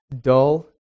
dull